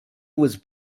was